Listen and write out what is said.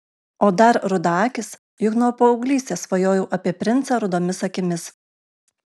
o dar rudaakis juk nuo paauglystės svajojau apie princą rudomis akims